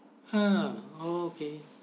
!huh! okay